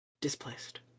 displaced